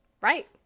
Right